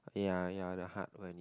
ya ya the hardware needs